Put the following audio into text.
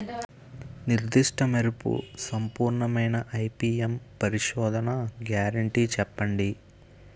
నిర్దిష్ట మెరుపు సంపూర్ణమైన ఐ.పీ.ఎం పరిశోధన గ్యారంటీ చెప్పండి?